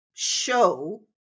show